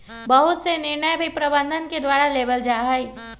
बहुत से निर्णय भी प्रबन्धन के द्वारा लेबल जा हई